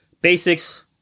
basics